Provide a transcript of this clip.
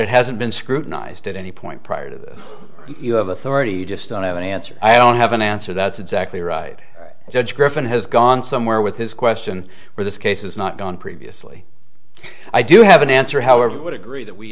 it hasn't been scrutinized at any point prior to this you have authority you just don't have an answer i don't have an answer that's exactly right judge griffin has gone somewhere with his question where this case is not gone previously i do have an answer however i would agree that we